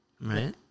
Right